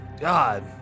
God